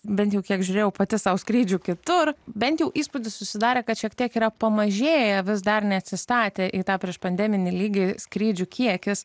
bent jau kiek žiūrėjau pati sau skrydžių kitur bent jau įspūdis susidarė kad šiek tiek yra pamažėję vis dar neatsistatė į tą prieš pandeminį lygį skrydžių kiekis